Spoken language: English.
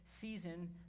season